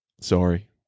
Sorry